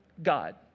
God